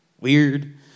weird